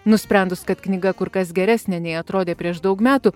nusprendus kad knyga kur kas geresnė nei atrodė prieš daug metų